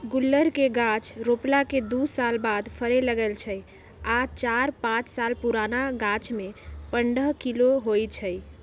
गुल्लर के गाछ रोपला के दू साल बाद फरे लगैए छइ आ चार पाच साल पुरान गाछमें पंडह किलो होइ छइ